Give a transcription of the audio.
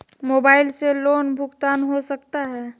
Mobile से loan भुगतान हो सकता है?